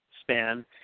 span